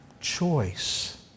choice